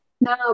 No